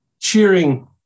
cheering